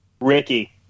Ricky